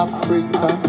Africa